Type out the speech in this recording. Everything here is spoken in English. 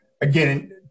Again